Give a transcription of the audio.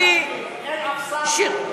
אין אף שר.